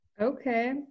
okay